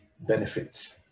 benefits